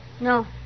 No